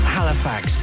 Halifax